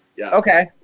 Okay